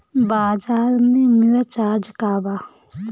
बाजार में मिर्च आज का बा?